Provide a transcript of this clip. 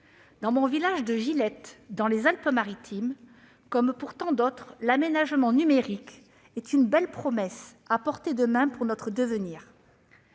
Dans mon village de Gilette, dans les Alpes-Maritimes, comme dans tant d'autres, l'aménagement numérique est une belle promesse à portée de main pour notre avenir.